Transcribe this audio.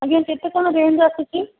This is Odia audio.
ଆଜ୍ଞା କେତେ କ'ଣ ରେଞ୍ଜ ଆସୁଛି